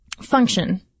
function